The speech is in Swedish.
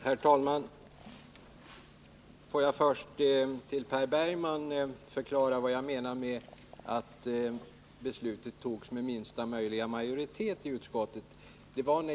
Herr talman! Låt mig först förklara för Per Bergman vad jag menar med att utskottets beslut fattats med minsta möjliga majoritet.